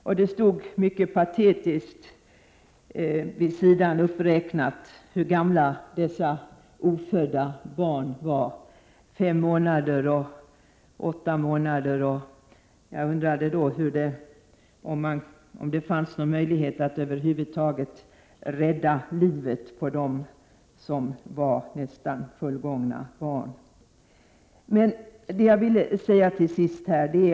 Det stod i artikeln mycket patetiskt uppräknat hur gamla dessa ofödda barn var: fem månader, åtta månader osv. Jag undrade när jag läste artikeln om det över huvud taget fanns någon möjlighet att rädda livet på de foster som var nästan fullgångna.